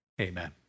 Amen